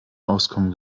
auskommen